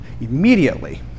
Immediately